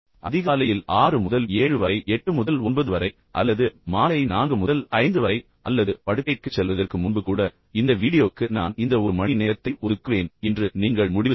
அதிகாலையில் 6 முதல் 7 வரை 8 முதல் 9 வரை அல்லது மாலை 4 முதல் 5 வரை அல்லது படுக்கைக்குச் செல்வதற்கு முன்பு கூட இந்த வீடியோவுக்கு நான் இந்த ஒரு மணி நேரத்தை ஒதுக்குவேன் என்று நீங்கள் முடிவு செய்யலாம்